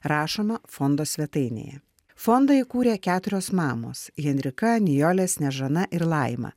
rašoma fondo svetainėje fondą įkūrė keturios mamos henrika nijolė snežana ir laima